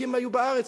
כשהטורקים היו בארץ,